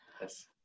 Yes